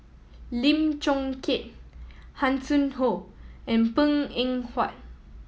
Lim Chong Keat Hanson Ho and Png Eng Huat